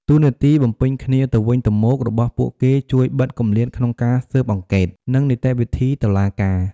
តួនាទីបំពេញគ្នាទៅវិញទៅមករបស់ពួកគេជួយបិទគម្លាតក្នុងការស៊ើបអង្កេត និងនីតិវិធីតុលាការ។